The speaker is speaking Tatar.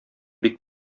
бик